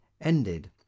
ended